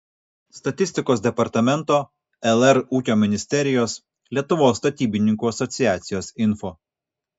statistikos departamento lr ūkio ministerijos lietuvos statybininkų asociacijos info